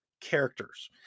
characters